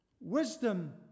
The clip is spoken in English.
Wisdom